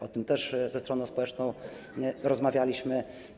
O tym również ze stroną społeczną rozmawialiśmy.